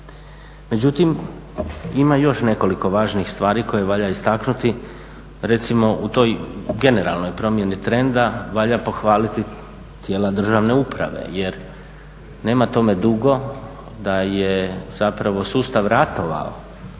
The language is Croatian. Međutim, ima još nekoliko važnih stvari koje valja istaknuti. Recimo u toj generalnoj promjeni trenda valja pohvaliti tijela državne uprave jer nema tome dugo da je zapravo sustav ratovao